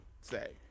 say